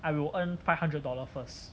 I will earn five hundred dollar first